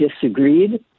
disagreed